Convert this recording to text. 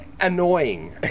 Annoying